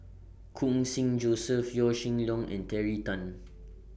Khun Sing Joseph Yaw Shin Leong and Terry Tan